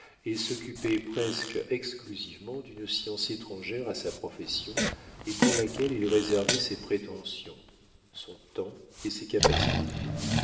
et s'occupait presque exclusivement d'une science étrangère à sa profession et pour laquelle il réservait ses prétentions son temps et ses capacités